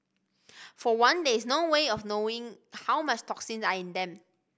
for one there is no way of knowing how much toxins are in them